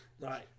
Right